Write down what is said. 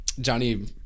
Johnny